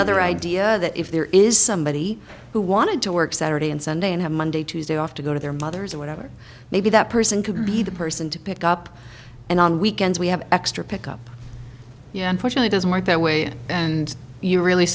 another idea that if there is somebody who wanted to work saturday and sunday and have monday tuesday off to go to their mothers or whatever maybe that person could be the person to pick up and on weekends we have extra pick up yeah unfortunately doesn't work that way and you're really